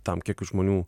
tam kiek žmonių